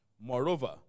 Moreover